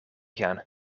gaan